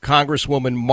Congresswoman